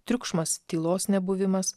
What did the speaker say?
triukšmas tylos nebuvimas